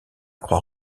croix